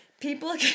People